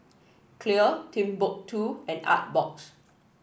Clear Timbuk two and Artbox